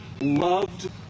loved